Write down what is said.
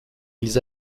ils